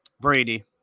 Brady